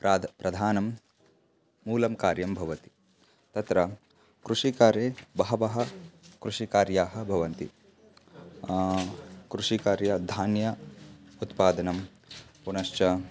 प्राद् प्रधानं मूलं कार्यं भवति तत्र कृषिकार्ये बहवः कृषिकार्याः भवन्ति कृषिकार्ये धान्य उत्पादनं पुनश्च